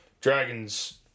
Dragons